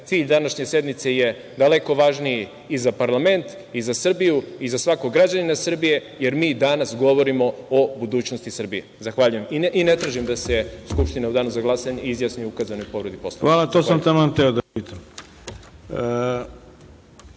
Cilj današnje sednice je daleko važniji i za parlament i za Srbiju i za svakog građanina Srbije, jer mi danas govorimo o budućnosti Srbije. Zahvaljujem. Ne tražim da se Skupština u danu za glasanje izjasni o ukazanoj povredi Poslovnika. **Ivica Dačić** Hvala. Da li ima